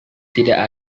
tidak